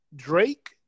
Drake